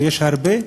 ויש הרבה,